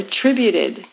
attributed